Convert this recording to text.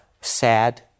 sad